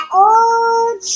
old